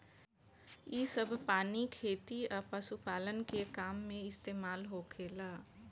इ सभ पानी खेती आ पशुपालन के काम में इस्तमाल होखेला